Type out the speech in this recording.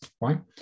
right